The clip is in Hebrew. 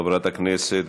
חברת הכנסת